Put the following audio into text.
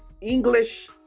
English